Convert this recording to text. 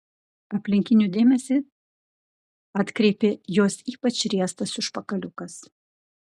aplinkinių dėmesį atkreipė jos ypač riestas užpakaliukas